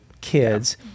kids